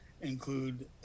include